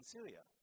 Syria